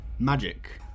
Magic